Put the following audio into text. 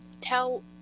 tell